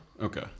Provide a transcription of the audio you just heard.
Okay